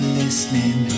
listening